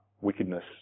wickedness